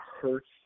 hurts